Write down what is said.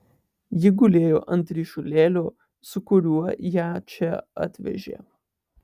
ji gulėjo ant ryšulėlio su kuriuo ją čia atvežė